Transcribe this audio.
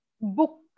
Book